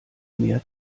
mehr